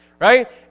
Right